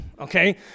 okay